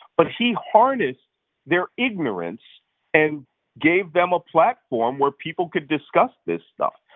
but he harnessed their ignorance and gave them a platform where people could discuss this stuff.